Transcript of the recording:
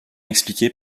expliqué